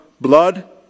blood